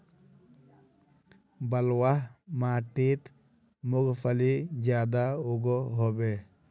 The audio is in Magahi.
बलवाह माटित मूंगफली ज्यादा उगो होबे?